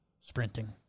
Sprinting